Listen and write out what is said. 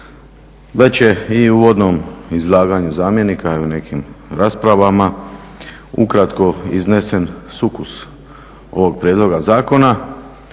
Već je i u uvodnom izlaganju zamjenika i u nekim raspravama ukratko iznesen sukus ovog prijedloga zakona.